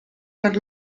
per